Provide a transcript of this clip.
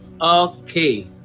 Okay